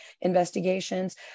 investigations